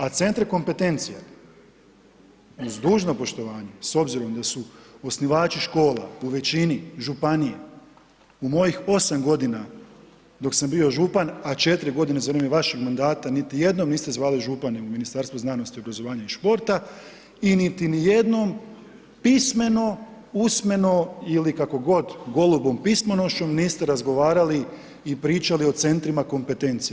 A centre kompetencija uz dužno poštovanje, s obzirom da su osnivači škola u većini županije u mojih 8 g. dok sam bio župan, a 4 godine za vrijeme vašeg mandata niti jednom niste zvali župana u Ministarstvu znanosti obrazovanja i športa, i niti ni jedno, pismeno, usmeno ili kako god golubom pismonošom, niste razgovarali i pričali o centrima kompetencija.